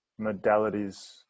modalities